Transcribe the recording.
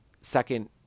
Second